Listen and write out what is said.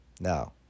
No